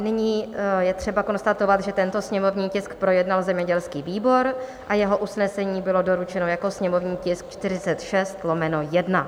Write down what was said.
Nyní je třeba konstatovat, že tento sněmovní tisk projednal zemědělský výbor a jeho usnesení bylo doručeno jako sněmovní tisk 46/1.